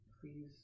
Please